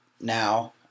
now